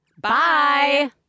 Bye